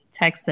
texted